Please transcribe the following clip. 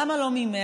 למה לא מ-100?